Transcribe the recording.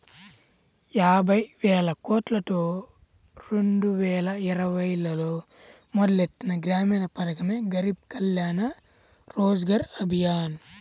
యాబైవేలకోట్లతో రెండువేల ఇరవైలో మొదలుపెట్టిన గ్రామీణ పథకమే గరీబ్ కళ్యాణ్ రోజ్గర్ అభియాన్